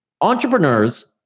entrepreneurs